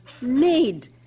made